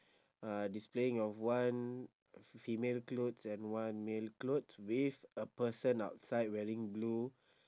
uh displaying of one f~ female clothes and one male clothes with a person outside wearing blue